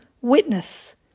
witness